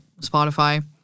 Spotify